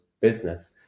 business